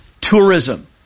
tourism